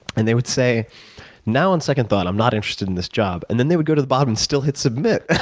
and they would say now, on second thought i'm not interested in this job. and then they would go to the bottom and still hit submit.